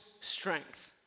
strength